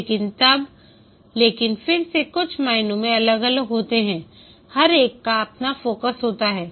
लेकिन तब लेकिन फिर वे कुछ मायनों में अलग अलग होते हैं हर एक का अपना फोकस होता है